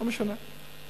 לא משנה.